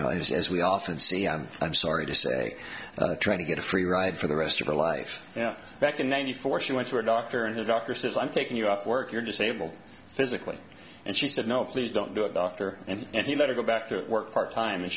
know is as we often see on i'm sorry to say trying to get a free ride for the rest of her life back in ninety four she went to a doctor and the doctor says i'm taking you off work you're disabled physically and she said no please don't do it dr and you better go back to work part time and